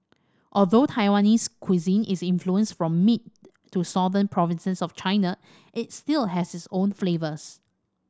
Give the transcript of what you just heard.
although Taiwanese cuisine is influenced from mid to southern provinces of China it still has its own flavours